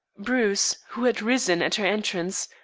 bruce, who had risen at her entrance,